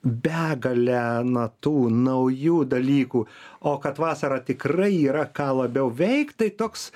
begalę na tų naujų dalykų o kad vasarą tikrai yra ką labiau veikt tai toks